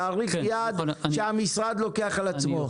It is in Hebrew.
תאריך יעד שהמשרד לוקח על עצמו?